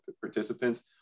participants